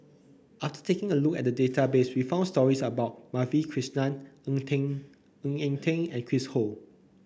after taking a look at the database we found stories about Madhavi Krishnan Ng Teng Eng Ng Eng Teng and Chris Ho